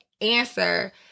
answer